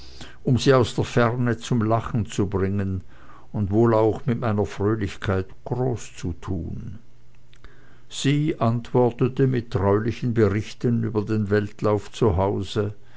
um sie aus der ferne zum lachen zu bringen und wohl auch mit meiner fröhlichkeit großzutun sie antwortete mit treulichen berichten über den weltlauf